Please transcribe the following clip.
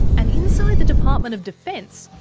and inside the department of defence,